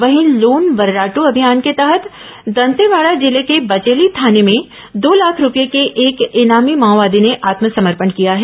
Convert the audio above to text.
वहीं लोन वर्रादू अभियान के तहत दंतेवाड़ा जिले के बचेली थाने में दो लाख रूपये के एक इनामी माओवादी ने आत्मसमर्पण किया है